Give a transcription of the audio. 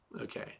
Okay